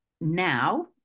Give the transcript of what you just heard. now